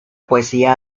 poesía